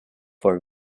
for